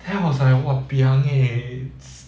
then I was like !wahpiang! eh